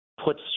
puts